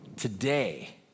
Today